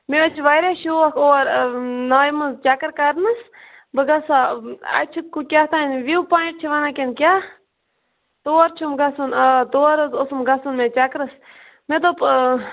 مےٚ حظ چھ واریاہ شوق اور نایہِ مَنٛز چَکَر کَرنَس بہٕ گَژھٕ ہا اَتہِ چھُ کیٚتھانۍ وِو پۄیِنٛٹ چھ وَنان کنہ کیاہ تور چھُم گَژھُن آ تور حظ اوسُم گَژھُن مےٚ چکرَس مےٚ دوٚپ